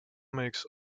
makes